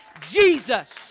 Jesus